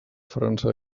frança